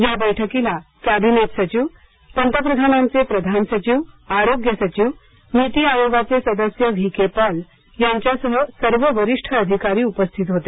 या बैठकीला कॅबिनेट सचिव पंतप्रधानांचे प्रधान सचिव आरोग्य सचिव नीती आयोगाचे सदस्य व्ही के पॉल यांच्यासह सर्व वरिष्ठ अधिकारी उपस्थित होते